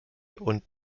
und